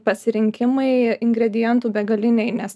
pasirinkimai ingredientų begaliniai nes